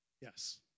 Yes